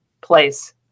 place